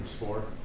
for.